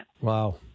Wow